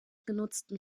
genutzten